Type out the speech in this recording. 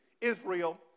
Israel